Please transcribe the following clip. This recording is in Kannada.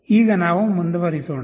ಈಗ ನಾವು ಮುಂದುವರಿಸೋಣ